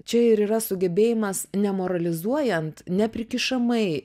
čia ir yra sugebėjimas nemoralizuojant neprikišamai